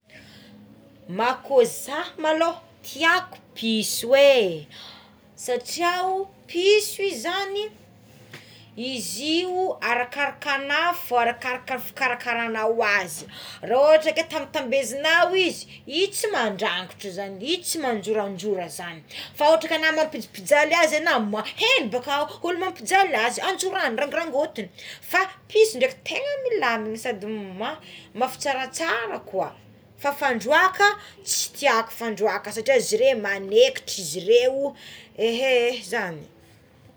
Ma koa zah malôha tiako aloha piso é satria piso i zagny izy io arakaraka anao fogna arakaraka fikarakaranao azy raha oatra ka oe tambetambezignao izy io tsy mandrangotra zagny i tsy mandroradrora zagny fa oatra anao mampijampijaly azy enao haigny baka olo mampijaly azy anjoragny rangorangotigny fa piso draiky tegna milamigny mmoa mafy tsaratsara koa fa ny fandroàka tsy tiako fandroàka izy reo manaikitry izy reo ehe é zagny.